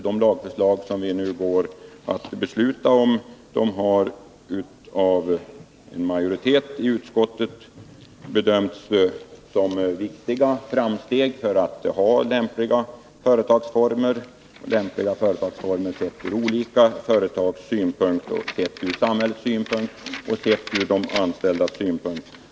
De lagförslag som vi nu skall besluta om har av en majoritet i utskottet bedömts som viktiga framsteg för att åstadkomma lämpliga företagsformer, sett från olika företags, från samhällets och från de anställdas synpunkter.